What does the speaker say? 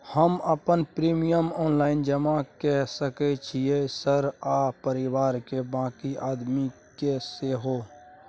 हम अपन premium online जमा के सके छियै सर आ परिवार के बाँकी आदमी के सेहो?